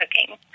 cooking